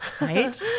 Right